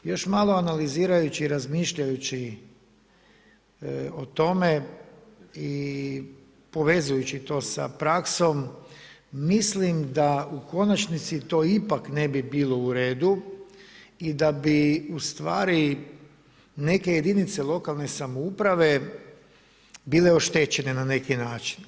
Još malo analizirajući i razmišljajući o tome i povezujući to sa praksom, mislim da u konačnici to ipak ne bi bilo u redu i da bi u stvari neke jedinice lokalne samouprave bile oštećene na neki način.